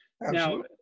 Now